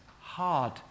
hard